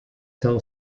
cell